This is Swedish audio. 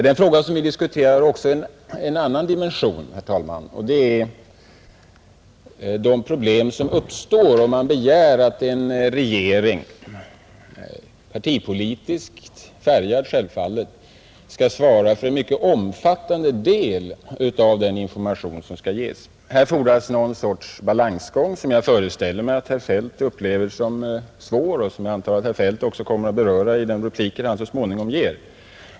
Den fråga som vi diskuterar har också en annan dimension, herr talman, nämligen de problem som uppstår om man begär att en regering — partipolitiskt färgad givetvis — skall svara för en mycket omfattande del av den information som skall ges. Härvidlag fordras en balansgång, som jag föreställer mig att herr Feldt upplever som svår och som han väl också kommer att beröra i den replik han så småningom ger.